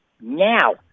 now